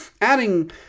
Adding